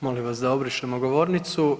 Molim vas da obrišemo govornicu.